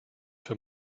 für